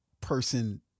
person